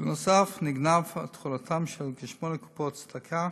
נוסף על כך נגנבה תכולתן של כשמונה קופות צדקה